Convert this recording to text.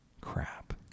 crap